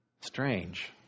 Strange